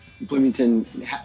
Bloomington